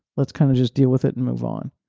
let's kind of just deal with it and move on.